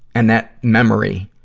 and that memory,